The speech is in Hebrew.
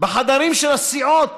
בחדרים של הסיעות